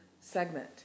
segment